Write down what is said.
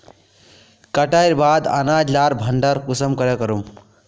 कटाईर बाद अनाज लार भण्डार कुंसम करे करूम?